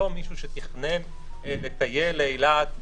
לא מישהו שתכנן לטייל לאילת,